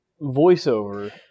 voiceover